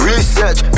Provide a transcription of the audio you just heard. Research